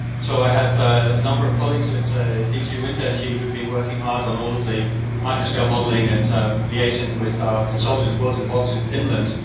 so, i have a number of colleagues at dtu wind energy, who have been working hard on all of the microscale modeling and liaising with our consultant, world in a box, in finland,